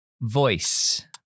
Voice